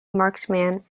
marksman